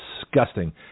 disgusting